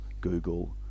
google